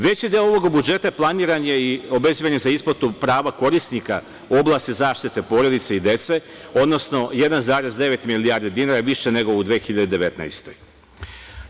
Veći deo budžeta planiran je i obezbeđen za isplatu prava korisnika u oblasti zaštite porodice i dece, odnosno 1,9 milijardi dinara više nego u 2019. godini.